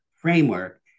framework